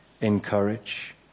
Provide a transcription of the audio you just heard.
encourage